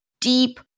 deep